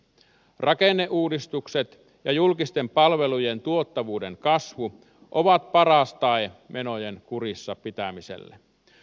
rakenneuudistukset ja julkisten palvelujen tuottavuuden kasvu ovat paras tae menojen kurissa pitämiselle